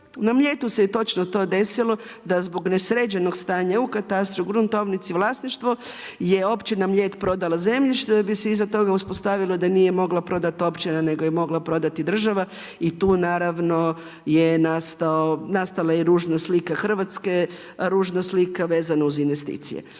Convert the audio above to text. Na Mljetu se točno to desilo da zbog nesređenog stanja u katastru, gruntovnici, vlasništvo je općina Mljet prodala zemljište, da bi se iza toga uspostavilo da nije mogla prodati općina nego je mogla prodati država, i tu naravno je nastala slika Hrvatske, ružna slika vezano uz investicije.